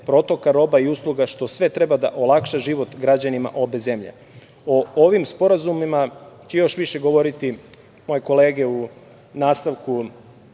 protoka roba i usluga, što sve treba da olakša život građanima obe zemlje.O ovim sporazumima će još više govoriti moje kolege u nastavku